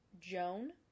Joan